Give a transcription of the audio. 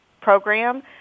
program